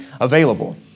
available